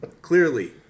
clearly